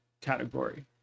category